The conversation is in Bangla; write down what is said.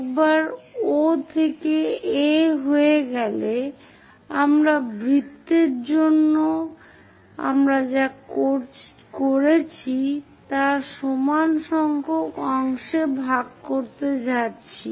একবার এটি O থেকে A হয়ে গেলে আমরা বৃত্তের জন্য আমরা যা করেছি তা সমান সংখ্যক অংশে ভাগ করতে যাচ্ছি